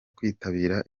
kwitabira